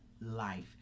life